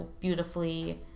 beautifully